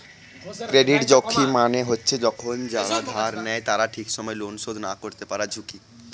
credit ঝুঁকি মানে হচ্ছে যখন যারা ধার নেয় তারা ঠিক সময় লোন শোধ না করতে পারার ঝুঁকি